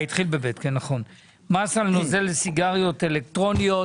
התשפ"ב-2022 (מס על נוזל לסיגריות אלקטרוניות).